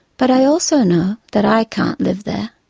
but i also know that i can't live there.